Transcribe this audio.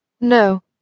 No